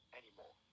anymore